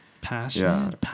Passion